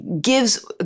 gives